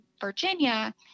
Virginia